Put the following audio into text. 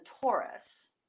taurus